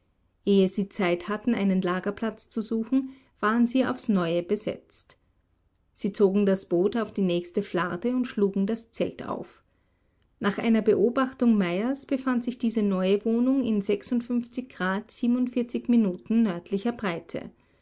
ehe sie zeit hatten einen lagerplatz zu suchen waren sie aufs neue besetzt sie zogen das boot auf die nächste flarde und schlugen das zelt auf nach einer beobachtung meyers befand sich diese neue wohnung in minuten nördlicher breite